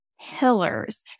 pillars